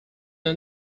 law